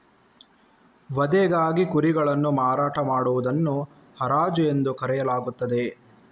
ವಧೆಗಾಗಿ ಕುರಿಗಳನ್ನು ಮಾರಾಟ ಮಾಡುವುದನ್ನು ಹರಾಜು ಎಂದು ಕರೆಯಲಾಗುತ್ತದೆ